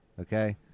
okay